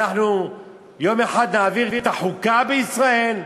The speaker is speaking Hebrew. יום אחד נעביר את החוקה בישראל,